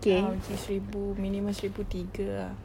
ah macam seribu minimum seribu tiga ah